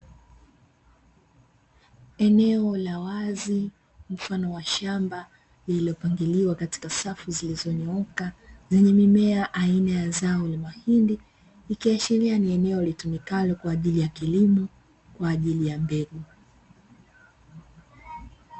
Eneo la wazi mfano wa shamba lililopangiliwa katika safu zilizonyooka, zenye mimea aina ya zao la mahindi ikiashiria ni eneo litumikalo kwa ajili ya kilimo kwa ajili ya mbegu.